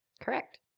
Correct